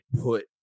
put